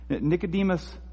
Nicodemus